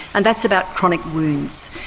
and that's about chronic wounds.